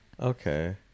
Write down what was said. okay